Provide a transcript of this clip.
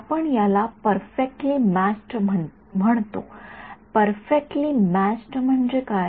आपण याला perfectly matched म्हणतो परफेक्टली म्यॅच्ड म्हणजे काय